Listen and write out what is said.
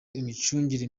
imicungire